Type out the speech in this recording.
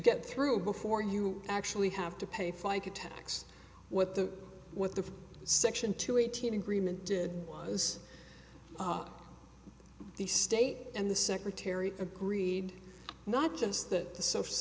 get through before you actually have to pay fica tax what the what the section two eighteen agreement did was the state and the secretary agreed not just that the social